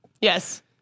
Yes